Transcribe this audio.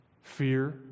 Fear